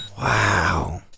Wow